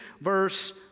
verse